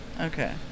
Okay